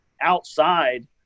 outside